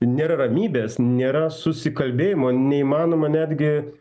nėra ramybės nėra susikalbėjimo neįmanoma netgi